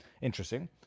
interesting